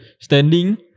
standing